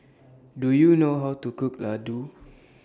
Do YOU know How to Cook Laddu